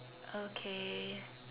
okay